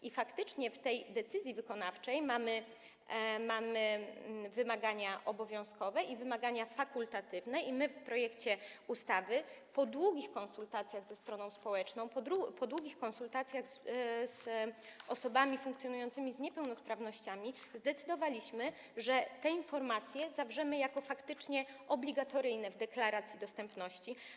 I faktycznie w tej decyzji wykonawczej mamy wymagania obowiązkowe i wymagania fakultatywne i my w projekcie ustawy, po długich konsultacjach ze stroną społeczną, po długich konsultacjach z osobami funkcjonującymi z niepełnosprawnościami, zdecydowaliśmy, że te informacje zawrzemy jako faktycznie obligatoryjne w deklaracji dostępności.